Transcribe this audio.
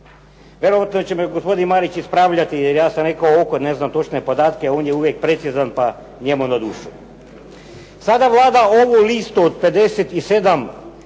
Vjerojatno će me gospodin Marić ispravljati, jer ja sam rekao oko, ne znam točne podatke. On je uvijek precizan pa njemu na dušu. Sada Vlada ovu listu od 57